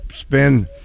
spend